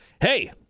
hey